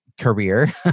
career